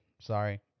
Sorry